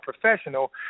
professional